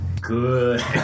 Good